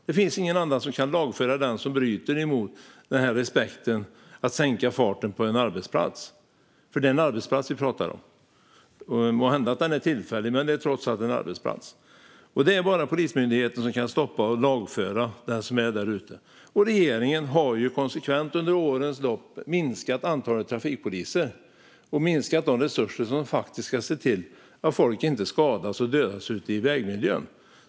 Det finns ingen annan som kan lagföra den som bryter mot regeln att visa respekt och sänka farten vid en arbetsplats. Det är nämligen en arbetsplats vi pratar om - måhända är den tillfällig, men det är trots allt en arbetsplats. Det är bara Polismyndigheten som kan stoppa och lagföra den som är där ute, och regeringen har konsekvent under årens lopp minskat antalet trafikpoliser. Man har minskat de resurser som ska gå till att se till att folk inte skadas eller dödas ute i vägmiljön.